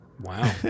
Wow